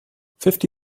fifty